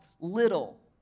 little